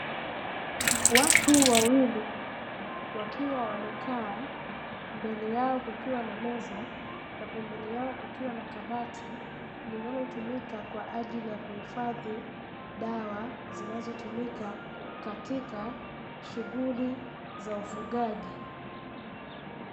Watu wawili wakiwa wamekaa, mbele yao kukiwa na meza na pembeni yao kukiwa na kabati linalotumika kwa ajili ya kuhifadhi dawa, zinazotumika katika shughuli za ufugaji.